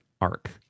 arc